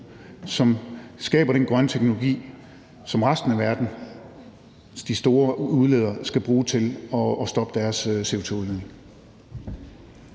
som skaber den grønne teknologi, som resten af verden – de store udledere – skal bruge til at stoppe deres CO2-udledning.